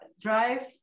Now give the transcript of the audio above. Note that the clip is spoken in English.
drive